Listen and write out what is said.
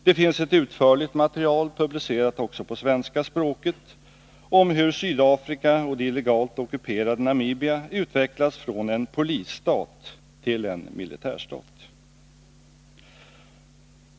Det finns ett utförligt material publicerat också på svenska språket om hur Sydafrika och det illegalt ockuperade Namibia har utvecklats från en polisstat till en militärstat.